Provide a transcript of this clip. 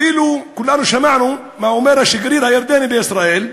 אפילו כולנו שמענו מה אומר השגריר הירדני בישראל,